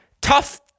Tough